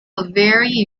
very